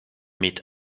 mit